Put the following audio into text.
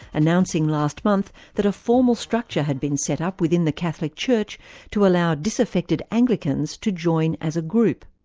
announcing last month that a formal structure had been set up within the catholic church to allow disaffected anglicans to join as a group.